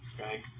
Okay